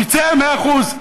תצא, מאה אחוז.